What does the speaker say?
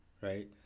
Right